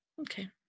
Okay